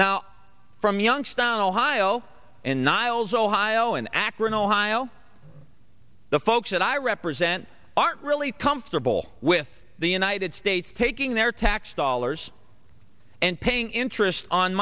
now from youngstown ohio and niles ohio in akron ohio the folks that i represent aren't really comfortable with the united states taking their tax dollars and paying interest on